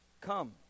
Come